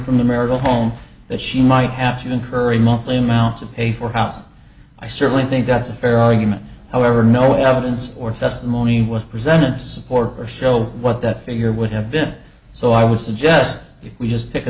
from the marital home that she might have to incur a monthly amount to pay for housing i certainly think that's a fair argument however no evidence or testimony was presented to support or show what that figure would have been so i would suggest if we just pick a